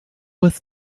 was